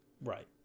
Right